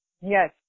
Yes